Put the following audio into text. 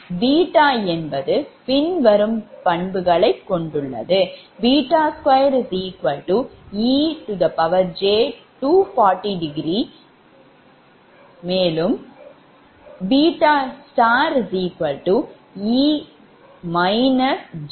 𝛽 என்பது பின்வரும் பண்புகளைக் கொண்டுள்ளது 2ej240°e j120°